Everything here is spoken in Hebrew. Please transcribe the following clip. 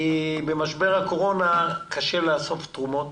במשבר הקורונה קשה לאסוף תרומות